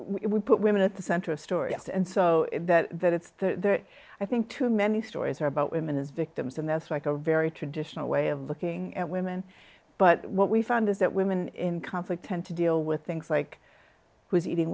we put women at the center of stories and so that it's there i think too many stories are about women as victims and their through a very traditional way of looking at women but what we found is that women in conflict tend to deal with things like who's eating